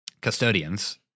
custodians